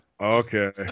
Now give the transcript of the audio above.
okay